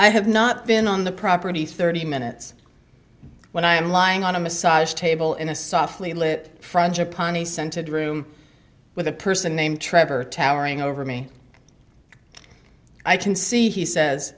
i have not been on the property thirty minutes when i am lying on a massage table in a softly lit front of pani scented room with a person named trevor towering over me i can see he says